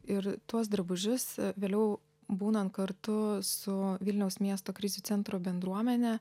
ir tuos drabužius vėliau būnant kartu su vilniaus miesto krizių centro bendruomene